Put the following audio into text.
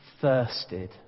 thirsted